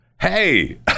Hey